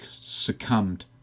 succumbed